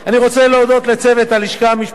להודות לצוות הלשכה המשפטית של הוועדה,